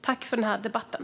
Tack för den här debatten!